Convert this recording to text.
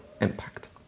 impact